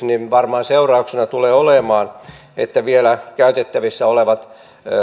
niin varmaan seurauksena tulee olemaan että vielä käytettävissä olevat